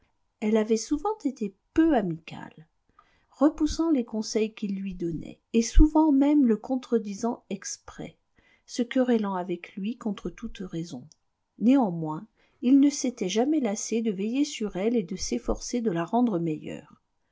elle avait souvent été peu amicale repoussant les conseils qu'il lui donnait et souvent même le contredisant exprès se querellant avec lui contre toute raison néanmoins il ne s'était jamais lassé de veiller sur elle et de s'efforcer de la rendre meilleure